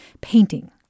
painting